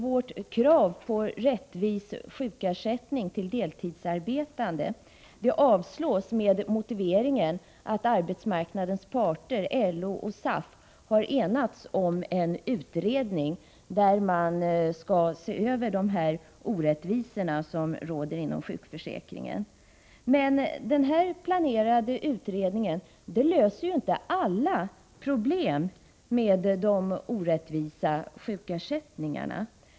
Vårt krav på en rättvis sjukersättning till deltidsarbetande avstyrks med motiveringen att arbetsmarknadens parter, LO och SAF, har enats om en utredning, som skall se över de orättvisor som råder inom sjukförsäkringen. Den planerade utredningen löser emellertid inte alla problem med de orättvisa sjukersättningarna.